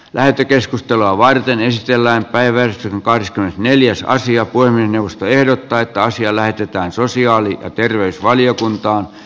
lähetekeskustelua varten esitellään kaiversi kotkaan neljässä asia voi nousta ehdottaa että asia lähetetään sosiaali ja terveysvaliokuntaan